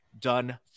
done